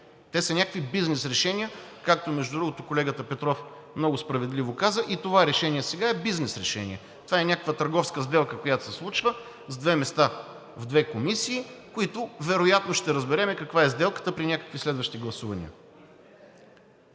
Те са някакви бизнес решения, както, между другото, колегата Петров много справедливо каза: и това решение сега е бизнес решение, някаква търговска сделка, която се случва, с две места в две комисии и вероятно ще разберем каква е сделката при някакви следващи гласувания.